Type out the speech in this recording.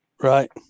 Right